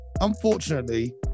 unfortunately